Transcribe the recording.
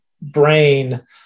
brain